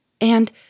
And